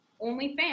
OnlyFans